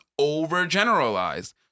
overgeneralized